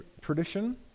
tradition